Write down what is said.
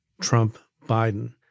Trump-Biden